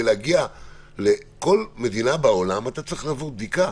להגיע לכל מדינה בעולם אתה צריך לעבור בדיקה,